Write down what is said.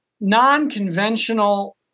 non-conventional